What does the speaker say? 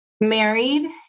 married